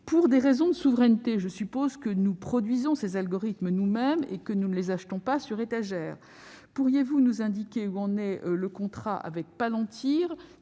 pour des raisons de souveraineté, nous produisons ces algorithmes nous-mêmes et ne les achetons pas « sur étagère ». Pourriez-vous nous indiquer où en est le contrat avec Palantir,